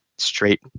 straight